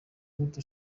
gute